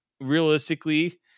realistically